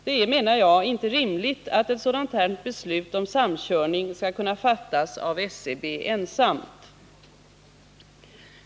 Det är inte rimligt att ett sådant här beslut om samkörning skall kunna fattas av SCB ensamt.